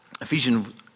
Ephesians